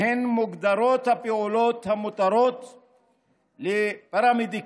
שבהן מוגדרות הפעולות המותרות לפרמדיקים,